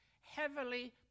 heavily